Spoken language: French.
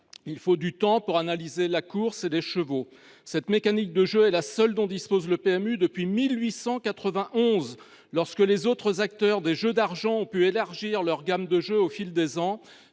Il faut du temps pour analyser la course et les chevaux. Cette mécanique de jeu est la seule dont dispose le PMU depuis 1891, quand les autres acteurs des jeux d’argent ont pu élargir leur gamme au fil des ans.